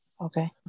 Okay